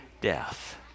death